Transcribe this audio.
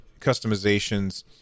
customizations